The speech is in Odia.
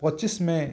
ପଚିଶ ମେ